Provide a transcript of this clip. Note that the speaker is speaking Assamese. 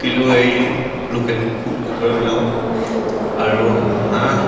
কিলো এৰি দিওঁ লোকেল কুকুৰাবিলাকক আৰু হাঁহ